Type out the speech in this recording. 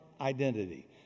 Identity